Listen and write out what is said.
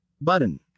button